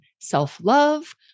self-love